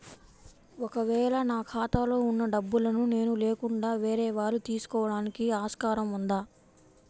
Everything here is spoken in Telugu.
ఒక వేళ నా ఖాతాలో వున్న డబ్బులను నేను లేకుండా వేరే వాళ్ళు తీసుకోవడానికి ఆస్కారం ఉందా?